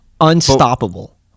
unstoppable